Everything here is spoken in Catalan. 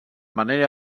manera